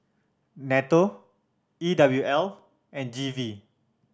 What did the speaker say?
nATO E W L and G V